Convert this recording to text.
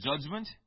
judgment